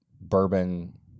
bourbon